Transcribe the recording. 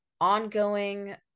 ongoing